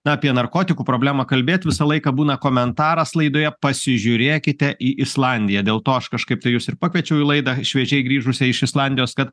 na apie narkotikų problemą kalbėt visą laiką būna komentaras laidoje pasižiūrėkite į islandiją dėl to aš kažkaip tai jus ir pakviečiau į laidą šviežiai grįžusią iš islandijos kad